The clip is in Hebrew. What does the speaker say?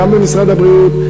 גם במשרד הבריאות,